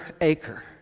acre